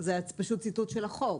זה פשוט ציטוט של החוק.